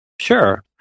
Sure